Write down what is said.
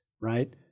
right